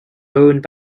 owned